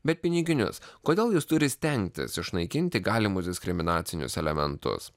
bet piniginius kodėl jis turi stengtis išnaikinti galimus diskriminacinius elementus